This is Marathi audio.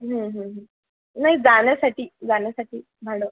नाही जाण्यासाठी जाण्यासाठी भाडं